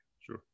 sure